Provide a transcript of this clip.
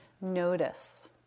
notice